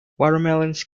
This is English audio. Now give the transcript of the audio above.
watermelons